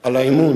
על האמון